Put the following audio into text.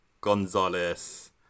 Gonzalez